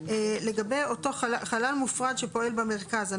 לגבי חלל מופרד שפועל במרכז.